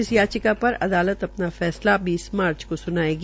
इस याचिका पर अदालत अपना फैसला बौस मार्च को सुनायेगी